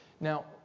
Now